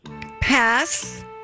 Pass